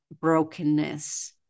brokenness